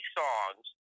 songs